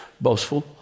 boastful